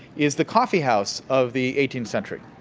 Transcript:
is the coffeehouse of the eighteenth century.